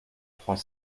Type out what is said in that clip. trois